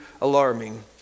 alarming